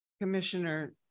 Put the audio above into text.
Commissioner